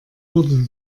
wurde